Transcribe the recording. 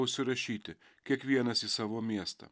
užsirašyti kiekvienas į savo miestą